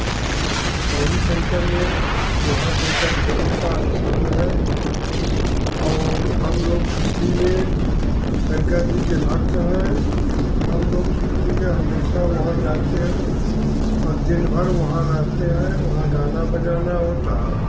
गौरी शंकर में महाशंकर भोले का स्थान है और हम लोग छुट्टी में शंकर जी के भक्त हैं हम लोग छुट्टी में हमेशा वहाँ जाते हैं और दिन भर वहाँ रहते हैं वहाँ गाना बजाना होता है